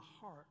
heart